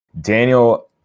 Daniel